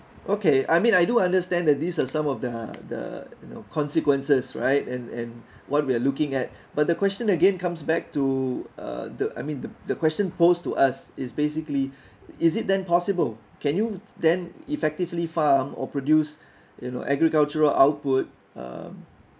okay I mean I do understand that these are some of the the you know consequences right and and what we're looking at but the question again comes back uh the I mean the the question posed to us is basically is it then possible can you then effectively farm or produce you know agricultural output um